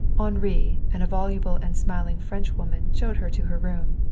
henri and a voluble and smiling frenchwoman showed her to her room.